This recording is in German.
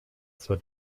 zur